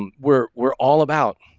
um, we're we're all about